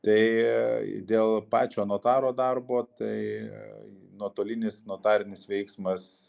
tai dėl pačio notaro darbo tai nuotolinis notarinis veiksmas